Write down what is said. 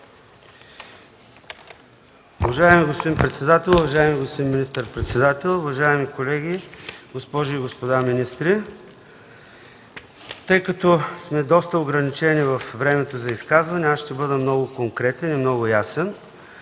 Уважаеми господин председател, уважаеми господин министър-председател, уважаеми колеги, госпожи и господа министри! Тъй като сме доста ограничени във времето за изказване, ще бъда много конкретен и ясен.